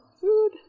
Food